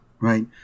Right